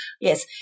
yes